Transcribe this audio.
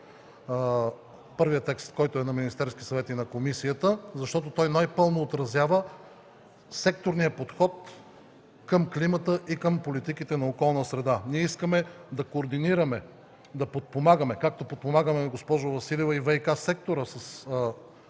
подкрепите текста, който е на Министерския съвет и на комисията, защото той най-пълно отразява секторния подход към климата и политиките на околната среда. Ние искаме да координираме, да подпомагаме, както подпомагаме, госпожо Василева, и ВиК сектора със